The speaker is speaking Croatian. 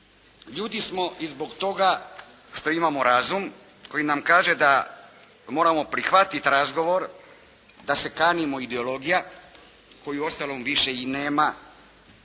Ljudi smo i zbog toga što imamo razum koji nam kaže da moramo prihvatiti razgovor da se kanimo ideologija koju uostalom više i nema, odnosno